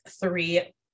three